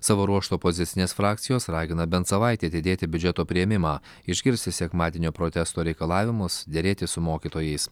savo ruožtu opozicinės frakcijos ragina bent savaitei atidėti biudžeto priėmimą išgirsti sekmadienio protesto reikalavimus derėtis su mokytojais